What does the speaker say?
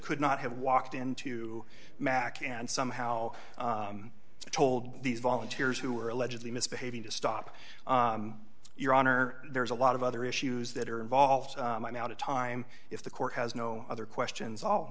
could not have walked into mac and somehow told these volunteers who were allegedly misbehaving to stop your honor there's a lot of other issues that are involved now time if the court has no other questions all